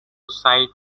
side